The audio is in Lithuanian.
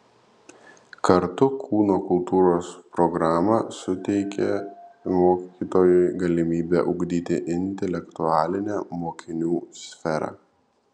kartu kūno kultūros programa suteikia mokytojui galimybę ugdyti intelektualinę mokinių sferą